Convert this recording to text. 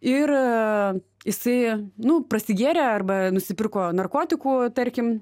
ir jisai nu prasigėrė arba nusipirko narkotikų tarkim